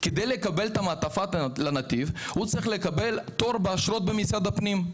כדי לקבל מעטפה לנתיב הוא צריך לקבל תור באשרות במשרד הפנים,